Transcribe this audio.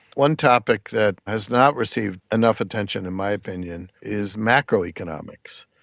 one topic that has not received enough attention in my opinion is macroeconomics,